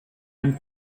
and